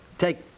take